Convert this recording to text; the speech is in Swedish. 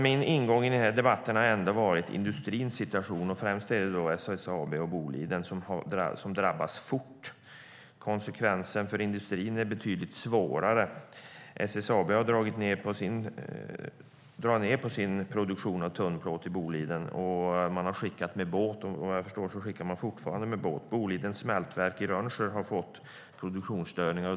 Min ingång i debatten är ändå industrins situation. Främst är det SSAB och Boliden som drabbas. Konsekvenserna för industrin är betydligt värre. SSAB drar ned på sin produktion av tunnplåt i Boliden, och man skickar med båt. Bolidens smältverk i Rönnskär har fått produktionsstörningar.